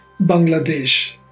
Bangladesh